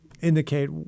indicate